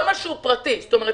כל מה שהוא פרטי סגור.